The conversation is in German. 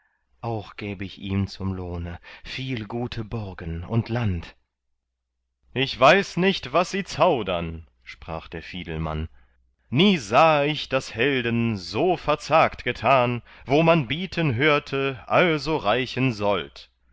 auch gäb ich ihm zum lohne viel gute burgen und land ich weiß nicht was sie zaudern sprach der fiedelmann nie sah ich daß helden so verzagt getan wo man bieten hörte also reichen sold